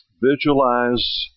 Visualize